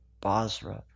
Basra